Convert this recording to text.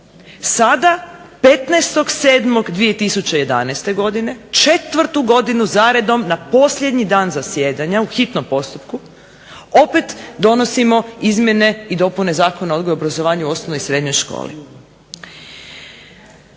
Sada 15.7.2011. godine četvrtu godinu za redom na posljednji dan zasjedanja u hitnom postupku opet donosimo izmjene i dopune Zakona o odgoju i obrazovanju u osnovnoj i srednjoj školi.